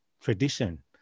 tradition